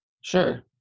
Sure